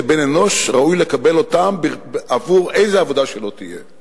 בן-אנוש ראוי לקבל עבור איזו עבודה שלא תהיה.